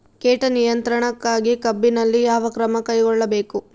ಕೇಟ ನಿಯಂತ್ರಣಕ್ಕಾಗಿ ಕಬ್ಬಿನಲ್ಲಿ ಯಾವ ಕ್ರಮ ಕೈಗೊಳ್ಳಬೇಕು?